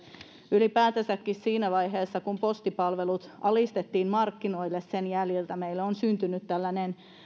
ylipäätänsäkin siinä vaiheessa kun postipalvelut alistettiin markkinoille on sen jäljiltä meille syntynyt tällainen